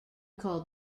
called